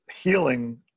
healing